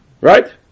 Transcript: Right